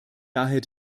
daher